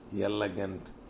elegant